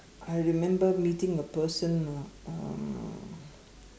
I remember meeting a person uh um